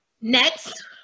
Next